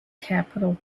capital